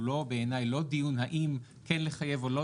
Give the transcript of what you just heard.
הוא לא בעיניי דיון האם כן לחייב או לא